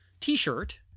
T-shirt